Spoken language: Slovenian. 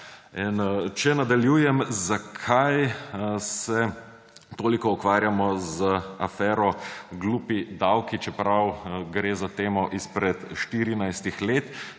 če nadaljujem, zakaj se toliko ukvarjamo z afero glupi davki, čeprav gre za temo izpred